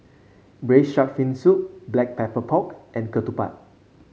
braise shark fin soup Black Pepper Pork and Ketupat